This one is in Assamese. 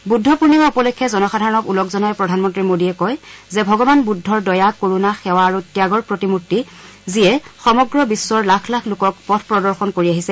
বুদ্ধ পূৰ্ণিমা উপলক্ষে জনসাধাৰণক ওলগ জনাই প্ৰধানমন্ত্ৰী মোডীয়ে কয় যে ভগৱান বুদ্ধৰ দয়া কৰুণা সেৱা আৰু ত্যাগৰ প্ৰতিমূৰ্ত্তি যিয়ে সমগ্ৰ বিশ্বৰ লাখ লাখ লোকক পথ প্ৰদৰ্শন কৰি আহিছে